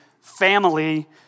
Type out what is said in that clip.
family